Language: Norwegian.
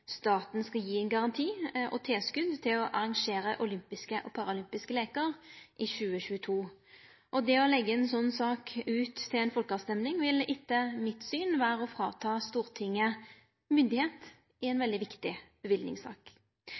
staten skal gje ein garanti og tilskot til å arrangere olympiske og paralympiske leikar i 2022. Det å leggje ei slik sak ut til folkerøysting vil etter mitt syn vere å ta frå Stortinget myndigheit i ei veldig viktig